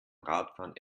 radfahren